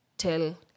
Tell